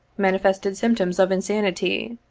manifested symp toms of insanity.